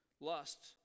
lust